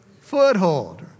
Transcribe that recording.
foothold